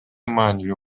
маанилүү